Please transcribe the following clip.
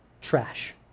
trash